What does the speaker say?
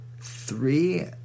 three